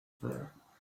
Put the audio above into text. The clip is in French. peurs